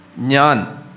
Nyan